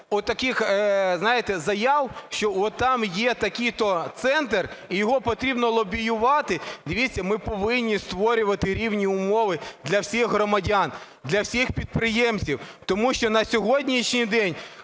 знаєте, заяв, що там є такий-то центр і його потрібно лобіювати… Дивіться, ми повинні створювати рівні умови для всіх громадян, для всіх підприємців. Тому що на сьогоднішній день